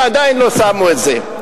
ועדיין לא שמו את זה.